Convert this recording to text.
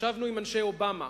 ישבנו עם אנשי אובמה,